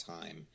time